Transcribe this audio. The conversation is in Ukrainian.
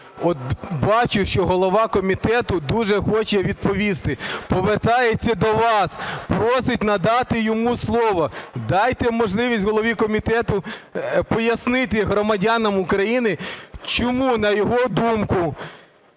бачу, що голова комітету дуже хоче відповісти, повертається до вас, просить надати йому слово. Дайте можливість голові комітету пояснити громадянам України, чому, на його думку,